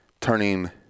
turning